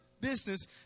business